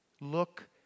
Look